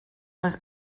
was